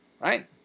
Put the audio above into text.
right